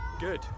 Good